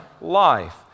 life